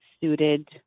suited